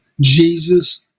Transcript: Jesus